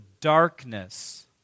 darkness